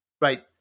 right